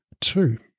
Two